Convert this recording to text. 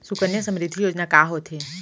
सुकन्या समृद्धि योजना का होथे